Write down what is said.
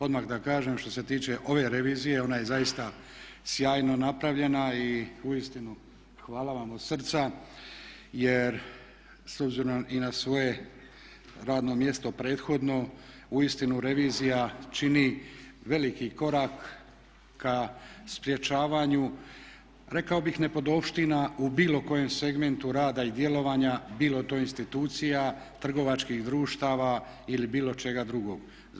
Odmah da kažem što se tiče ove revizije ona je zaista sjajno napravljena i uistinu hvala vam od srca jer s obzirom i na svoje radno mjesto prethodno uistinu revizija čini veliki korak ka sprječavanju rekao bih nepodopština u bilo kojem segmentu rada i djelovanja bilo to institucija, trgovačkih društava ili bilo čega drugog.